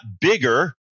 bigger